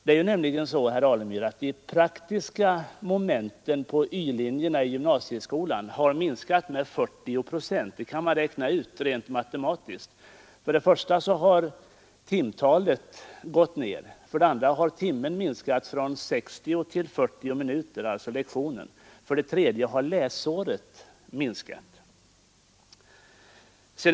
Det är nämligen så, herr Alemyr, att de praktiska momenten på y-linjerna i gymnasieskolan har minskat med 40 procent. Det kan man räkna ut rent matematiskt. För det första har timtalet gått ned, för det andra har lektionen minskats från 60 till 40 minuter, för det tredje har läsåret kortats.